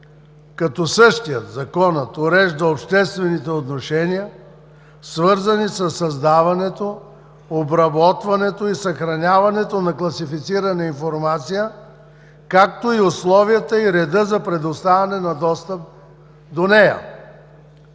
„като същият Закон урежда обществените отношения, свързани със създаването, обработването и съхраняването на класифицирана информация, както и условията и реда за предоставяне на достъп до нея“.